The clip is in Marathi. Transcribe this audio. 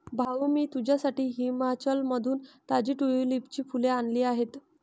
भाऊ, मी तुझ्यासाठी हिमाचलमधून ताजी ट्यूलिपची फुले आणली आहेत